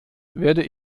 werde